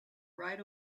right